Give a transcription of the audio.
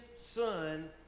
son